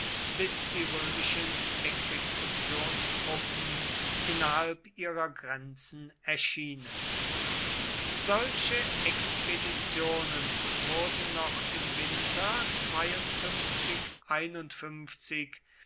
bis die römischen exekutionstruppen innerhalb ihrer grenzen erschienen solche expeditionen wurden noch im winter